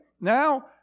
Now